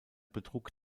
betrug